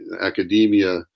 academia